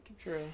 True